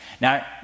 Now